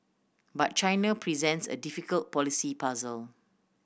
but China presents a difficult policy puzzle